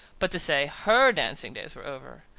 but to say her dancing days were over,